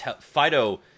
Fido